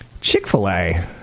Chick-fil-A